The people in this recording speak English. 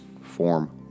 form